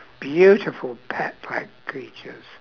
beautiful pet like creatures